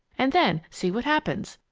and then see what happens.